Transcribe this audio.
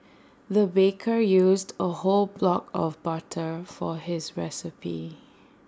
the baker used A whole block of butter for his recipe